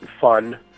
fun